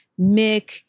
mick